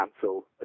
cancel